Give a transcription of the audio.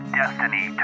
destiny